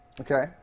Okay